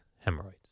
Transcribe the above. hemorrhoids